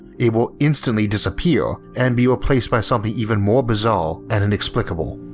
it will instantly disappear and be replaced by something even more bizarre and inexplicable